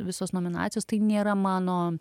visos nominacijos tai nėra mano